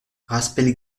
raspail